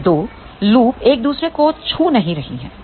ये 2 लुप एक दूसरे को छू नहीं रही हैं